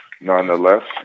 nonetheless